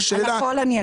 על הכול אני אגיב.